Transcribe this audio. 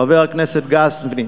חבר הכנסת גפני,